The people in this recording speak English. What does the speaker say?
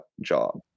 job